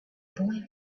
boy